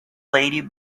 lady